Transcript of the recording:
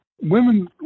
women